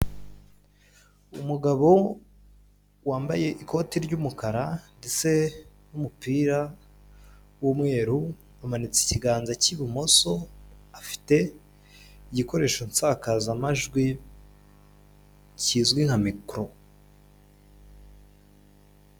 Umugabo wambaye ikoti ry'umukara ndetse n'umupira w'umweru amanitse ikiganza cy'ibumoso afite igikoresho nsakazamajwi kizwi nka mikoro.